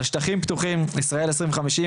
על שטחים פתוחים ישראל 2050,